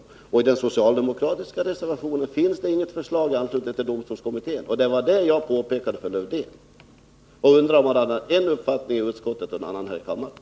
I den socialdemokratiska reservationen finns det emellertid inget förslag i anslutning till domstolskommitténs förslag — det var det jag påpekade för Lövdén och undrade om han hade en viss uppfattning i utskottet och en annan här i kammaren.